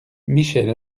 michèle